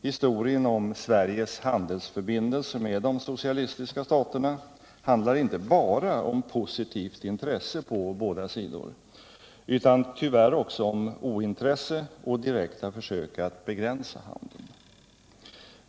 Historien om Sveriges handelsförbindelser med de socialistiska staterna handlar inte bara om positivt intresse på båda sidor utan tyvärr också om ointresse och direkta försök att begränsa handeln.